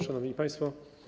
Szanowni Państwo!